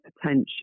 potential